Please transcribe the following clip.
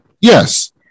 yes